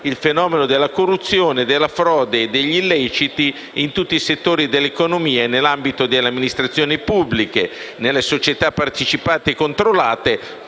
il fenomeno della corruzione, della frode e degli illeciti, in tutti i settori dell'economia e nell'ambito delle amministrazioni pubbliche, nelle società partecipate e controllate,